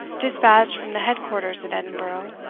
despatched from the head-quarters at edinburgh,